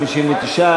59,